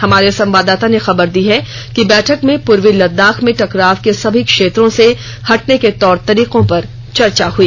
हमारे संवाददाता ने खबर दी है कि बैठक में पूर्वी लद्दाख में टकराव के सभी क्षेत्रों से हटने के तौर तरीकों पर चर्चा हुई